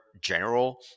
general